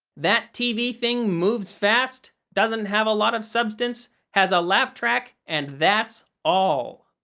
that tv thing moves fast, doesn't have a lot of substance, has a laugh track and that's all.